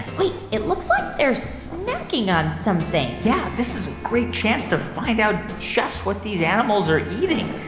wait. it looks like they're snacking on something yeah, this is a great chance to find out just what these animals are eating.